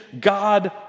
god